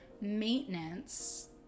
maintenance